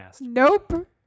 Nope